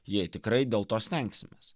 jie tikrai dėl to stengsimės